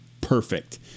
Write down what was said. perfect